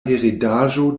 heredaĵo